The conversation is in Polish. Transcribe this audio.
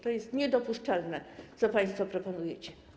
To jest niedopuszczalne, co państwo proponujecie.